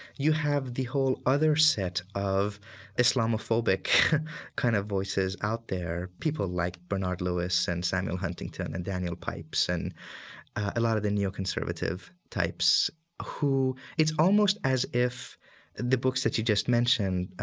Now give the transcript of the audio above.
you have the whole other set of islamophobic kind of voices out there, people like bernard lewis and samuel huntington and daniel pipes and a lot of the neoconservative types who it's almost as if the books that you just mentioned,